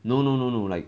no no no no like